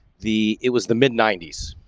the it was the mid nineties,